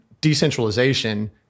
decentralization